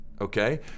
okay